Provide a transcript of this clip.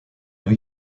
new